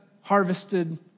harvested